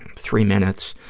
and three minutes,